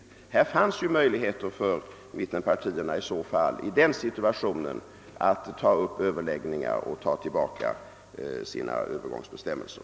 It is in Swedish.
I den situationen fanns ju möjligheter för mittenpartierna att ta upp överläggningar och att dra tillbaka sitt förslag om övergångsbestämmelser.